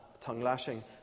tongue-lashing